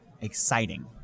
exciting